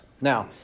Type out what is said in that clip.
Now